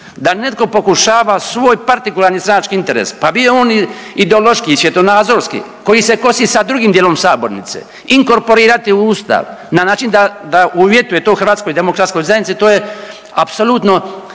da netko pokušava svoj partikularni stranački interes pa bio on i ideološki i svjetonazorski koji se kosi sa drugim dijelom sabornice inkorporirati u Ustav na način da uvjetuje toj HDZ-u to je apsolutno